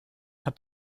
hat